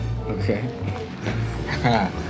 Okay